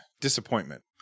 disappointment